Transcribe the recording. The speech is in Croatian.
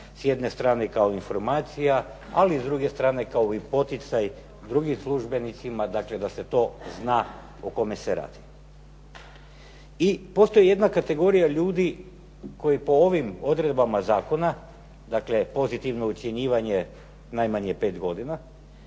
s jedne strane kao informacija, ali s druge strane kao i poticaj drugim službenicima dakle da se to zna o kome se radi. I postoji jedna kategorija ljudi koji po ovim odredbama zakona, dakle pozitivno ocjenjivanje najmanje pet godina